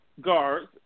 guards